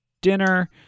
dinner